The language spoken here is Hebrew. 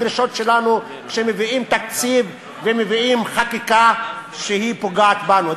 בדרישות שלנו כשמביאים תקציב ומביאים חקיקה שפוגעת בנו.